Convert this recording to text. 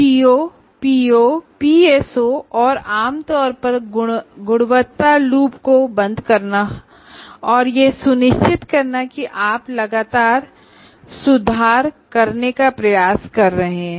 CO PO और PSO और आम तौर पर क्वालिटी लूप को बंद करना और यह सुनिश्चित करना कि आप लगातार सुधार करने का प्रयास कर रहे हैं